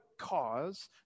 cause